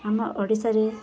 ଆମ ଓଡ଼ିଶାରେ